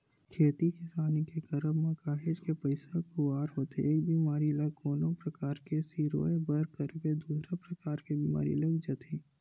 खेती किसानी के करब म काहेच के पइसा खुवार होथे एक बेमारी ल कोनो परकार ले सिरोय बर करबे दूसर परकार के बीमारी लग जाथे